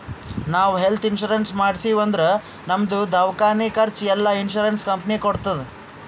ನಾವ್ health insurance ಮಾಡ್ಸಿವ್ ಅಂದುರ್ ನಮ್ದು ದವ್ಕಾನಿ ಖರ್ಚ್ ಎಲ್ಲಾ ಇನ್ಸೂರೆನ್ಸ್ ಕಂಪನಿ ಕೊಡ್ತುದ್